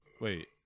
Wait